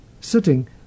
Sitting